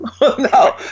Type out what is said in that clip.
No